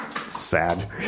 sad